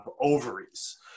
ovaries